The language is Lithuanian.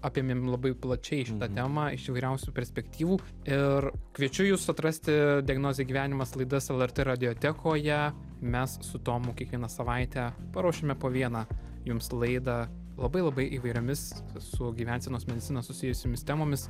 apėmėm labai plačiai šitą temą iš įvairiausių perspektyvų ir kviečiu jus atrasti diagnozė gyvenimas laidas lrt radiotekoje mes su tomu kiekvieną savaitę paruošiame po vieną jums laidą labai labai įvairiomis su gyvensenos medicinos susijusiomis temomis